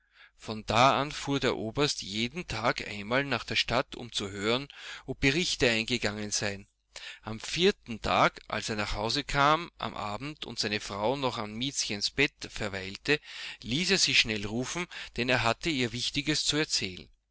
von da an fuhr der oberst jeden tag einmal nach der stadt um zu hören ob berichte eingegangen seien am vierten tage als er nach hause kam am abend und seine frau noch an miezchens bett verweilte ließ er sie schnell rufen denn er hatte ihr wichtiges zu erzählen